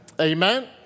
Amen